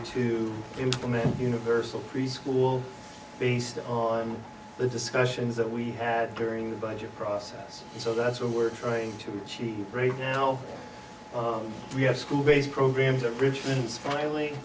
to implement universal preschool based on the discussions that we had during the budget process so that's what we're trying to achieve right now oh we have school based programs a richmond's filing